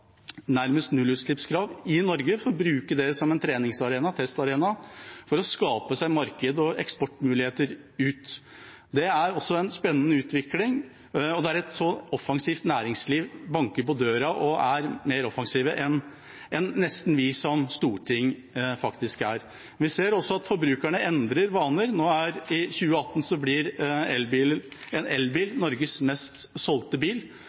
nærmest nullutslippskrav, i Norge for å bruke det som en treningsarena, testarena for å skape seg et marked og eksportmuligheter ut. Det er også en spennende utvikling, og det er et offensivt næringsliv som banker på døra og er nesten mer offensivt enn vi i Stortinget er. Vi ser også at forbrukerne endrer vaner. Nå i 2018 blir en elbil Norges mest solgte bil,